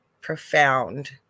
profound